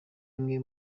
imwe